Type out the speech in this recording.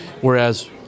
Whereas